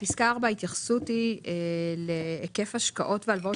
בפסקה 4 ההתייחסות היא להיקף השקעות והלוואות